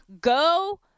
Go